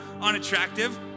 unattractive